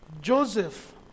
Joseph